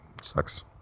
sucks